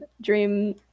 Dream